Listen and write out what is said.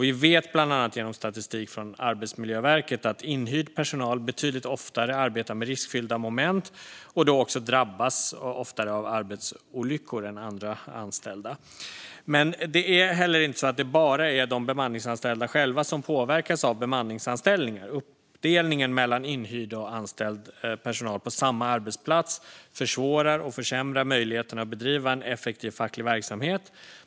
Vi vet bland annat genom statistik från Arbetsmiljöverket att inhyrd personal betydligt oftare arbetar med riskfyllda moment och också oftare drabbas av arbetsolyckor än andra anställda. Men det är inte bara de bemanningsanställda som påverkas av bemanningsanställningar. Uppdelningen mellan inhyrd och anställd personal på samma arbetsplats försvårar och försämrar möjligheterna att bedriva en effektiv facklig verksamhet.